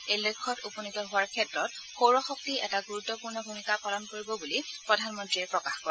এই লক্ষ্যত উপনীত হোৱাৰ ক্ষেত্ৰত সৌৰ শক্তি এটা গুৰুত্বপূৰ্ণ ভূমিকা পালন কৰিব বুলি প্ৰধানমন্ৰীয়ে প্ৰকাশ কৰে